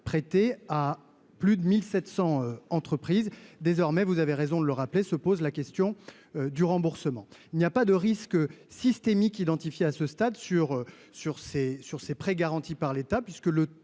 prêtés à plus de 1700 entreprises désormais vous avez raison de le rappeler, se pose la question du remboursement, il n'y a pas de risque systémique identifiée à ce stade sur sur ces, sur ces prêts garantis par l'État puisque le